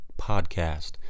Podcast